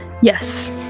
Yes